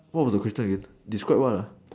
what was the question again describe what ah